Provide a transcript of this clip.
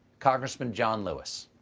congressman john lewis.